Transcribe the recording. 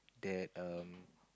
that um